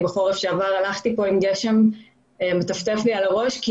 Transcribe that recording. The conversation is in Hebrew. אני בחורף שעבר הלכתי עם גשם מטפטף על הראש כי